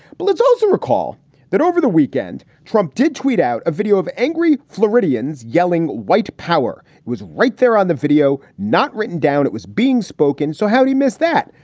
but let's also recall that over the weekend, trump did tweet out a video of angry floridians yelling white power was right there on the video, not written down. it was being spoken. so how he missed that?